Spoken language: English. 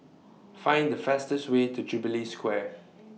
Find The fastest Way to Jubilee Square